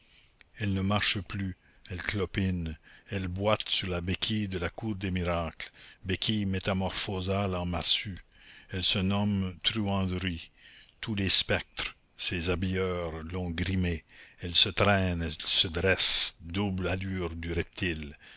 elle ne marche plus elle clopine elle boite sur la béquille de la cour des miracles béquille métamorphosable en massue elle se nomme truanderie tous les spectres ses habilleurs l'ont grimée elle se traîne et se dresse double allure du reptile